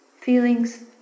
feelings